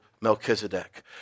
Melchizedek